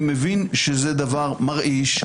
מסיבות --- אני מבין שזה דבר מרעיש.